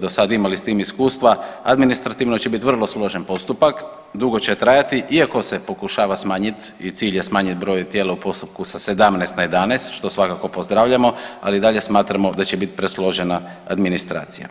do sad imali s tim iskustva, administrativno će biti vrlo složen postupak, dugo će trajati iako se pokušava smanjit i cilj je smanjit broj tijela u postupku sa 17 na 11 što svakako pozdravljamo, ali i dalje smatramo da će biti presložena administracija.